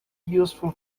useful